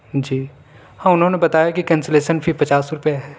جی ہاں انہوں نے بتایا کہ کینسیلیسن فی پچاس روپئے ہے